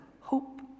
hope